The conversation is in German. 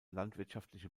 landwirtschaftliche